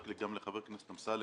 רק לחבר הכנסת אמסלם,